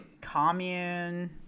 commune